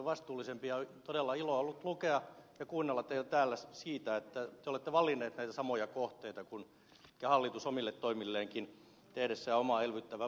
on todella ilo ollut lukea ja kuunnella teitä täällä siitä että te olette valinneet näitä samoja kohteita kuin hallitus omille toimilleenkin tehdessään omaa elvyttävää politiikkaansa